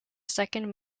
second